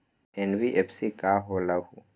NBFC का होलहु?